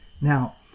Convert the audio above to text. Now